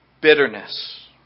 bitterness